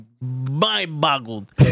mind-boggled